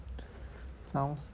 sounds good